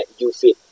ufit